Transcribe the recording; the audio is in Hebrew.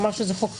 אמר שזה חוק חשוב,